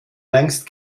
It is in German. längst